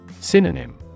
Synonym